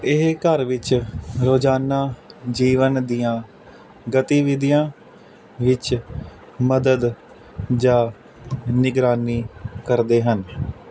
ਇਹ ਘਰ ਵਿੱਚ ਰੋਜ਼ਾਨਾ ਜੀਵਨ ਦੀਆਂ ਗਤੀਵਿਧੀਆਂ ਵਿੱਚ ਮਦਦ ਜਾਂ ਨਿਗਰਾਨੀ ਕਰਦੇ ਹਨ